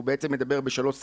הוא בעצם מדבר בשלוש שפות,